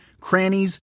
crannies